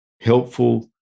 helpful